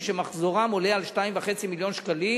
שמחזורם עולה על 2.5 מיליון שקלים,